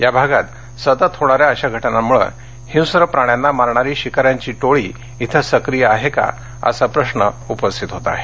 या भागात सतत होणाऱ्या अश्या घटनांमुळे हिंस्र प्राण्यांना मारणारी शिकाऱ्यांची टोळी इथे सक्रीय आहे का असा प्रश्न उपस्थित होत आहे